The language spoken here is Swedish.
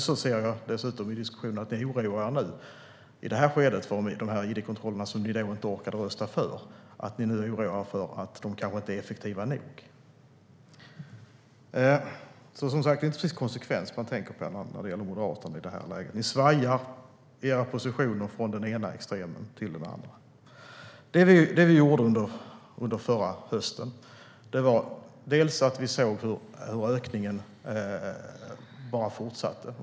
Nu hör jag i diskussionen här att ni oroar er för att id-kontrollerna, som ni inte orkade rösta för, kanske inte är effektiva nog. Det är som sagt inte precis konsekvens man tänker på när det gäller Moderaterna i det här läget. Ni svajar i era positioner från den ena extremen till den andra. Vi såg förra hösten hur ökningen av flyktingar bara fortsatte.